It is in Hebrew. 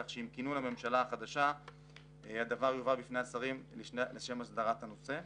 כך שעם כינון הממשלה החדשה הדבר יובא בפני השרים לשם הסדרת הנושא.